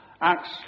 Acts